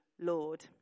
Lord